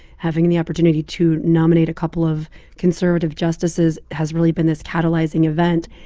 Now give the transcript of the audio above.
having the opportunity to nominate a couple of conservative justices has really been this catalyzing event.